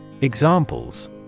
Examples